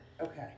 Okay